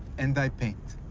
and i paint.